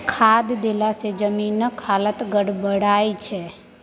खाद देलासँ जमीनक हालत गड़बड़ा जाय छै